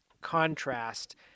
contrast